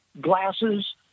glasses